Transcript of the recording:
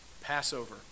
Passover